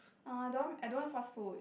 ah I don't want I don't want fast food